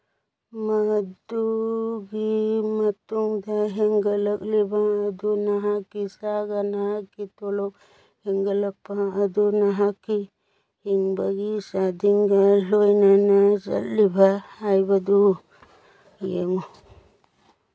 ꯃꯗꯨꯒꯤ ꯃꯇꯨꯡꯗ ꯍꯦꯡꯒꯠꯂꯛꯂꯤꯕ ꯑꯗꯨ ꯅꯍꯥꯛꯀꯤ ꯆꯥꯒꯅꯀꯤ ꯇꯣꯂꯣꯞ ꯍꯦꯟꯒꯠꯂꯛꯄ ꯑꯗꯨ ꯅꯍꯥꯛꯀꯤ ꯍꯤꯡꯕꯒꯤ ꯆꯥꯗꯤꯡꯒ ꯂꯣꯏꯅꯅ ꯆꯠꯂꯤꯕ ꯍꯥꯏꯕꯗꯨ ꯌꯦꯡꯉꯨ